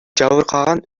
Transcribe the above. жабыркаган